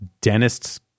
dentist's